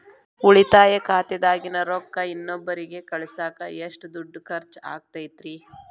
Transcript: ಉಳಿತಾಯ ಖಾತೆದಾಗಿನ ರೊಕ್ಕ ಇನ್ನೊಬ್ಬರಿಗ ಕಳಸಾಕ್ ಎಷ್ಟ ದುಡ್ಡು ಖರ್ಚ ಆಗ್ತೈತ್ರಿ?